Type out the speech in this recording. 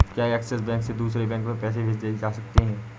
क्या Axis bank से दूसरे बैंक में पैसे भेजे जा सकता हैं?